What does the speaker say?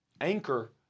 anchor